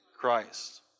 Christ